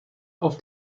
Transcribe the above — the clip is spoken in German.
auf